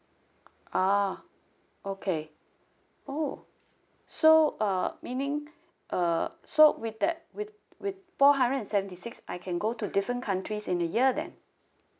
ah okay oh so uh meaning uh so with that with with four hundred and seventy six I can go to different countries in a year then